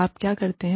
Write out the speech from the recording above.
आप क्या करते हैं